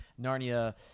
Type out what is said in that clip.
Narnia